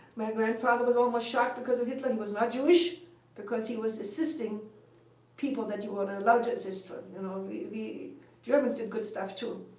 my grandfather was almost shot because of hitler. he was not jewish because he was assisting people that you weren't allowed yeah to and um we we germans did good stuff, too.